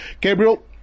Gabriel